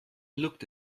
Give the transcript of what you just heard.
looked